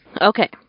Okay